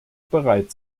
bereit